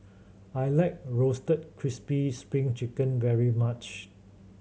I like Roasted Crispy Spring Chicken very much